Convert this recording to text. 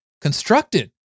constructed